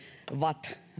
vatt